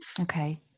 Okay